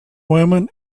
women